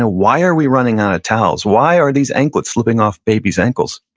ah why are we running out of towels? why are these anklets slipping off babies ankles?